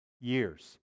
years